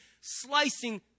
slicing